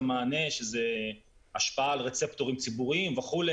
מענה שזאת השפעה על רצפטורים ציבוריים וכולי.